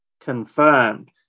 Confirmed